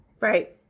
right